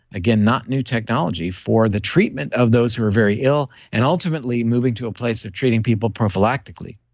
again, not new technology for the treatment of those who are very ill and ultimately moving to a place of treating people prophylactically